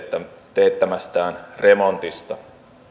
teettämästään remontista